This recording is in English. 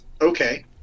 okay